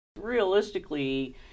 Realistically